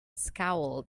scowled